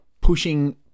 pushing